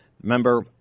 Remember